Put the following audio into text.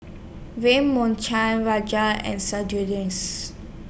Ram Raja and